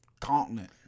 continent